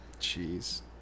Jeez